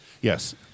Yes